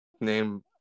name